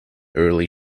early